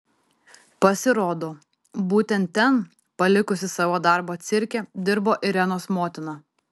pasirodo būtent ten palikusi savo darbą cirke dirbo irenos motina